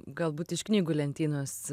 galbūt iš knygų lentynos